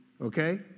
okay